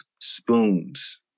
spoons